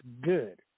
good